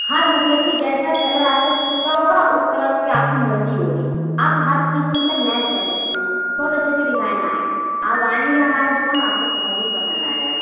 ہر مطلب کہ جیسا کلر آپ کے سوٹ کا ہوگا اُس کلر کی آپ کی موتی ہوگی آپ ہر کسی پہ مطلب میچ کر سکتی ہیں بہت اچھے اچھے ڈیزائن آیے ہیں آپ آئیں گے ہماری دُکان پہ آپ کو بہت ہی پسند آئے گا